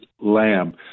lamb